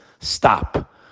stop